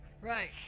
Right